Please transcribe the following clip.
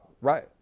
Right